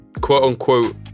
quote-unquote